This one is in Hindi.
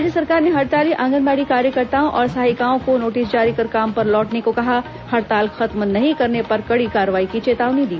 राज्य सरकार ने हड़ताली आंगनबाड़ी कार्यकर्ताओं और सहायिकाओं को नोटिस जारी कर काम पर लौटने को कहा हड़ताल खत्म नहीं करने पर कड़ी कार्रवाई की चेतावनी दी